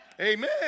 Amen